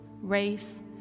race